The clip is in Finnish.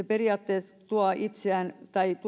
periaatteessa tuo itseään